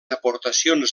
aportacions